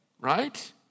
right